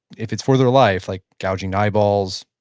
if it's for their life, like gouging eyeballs,